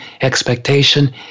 expectation